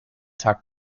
tag